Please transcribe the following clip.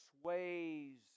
sways